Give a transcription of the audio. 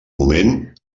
moment